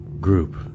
group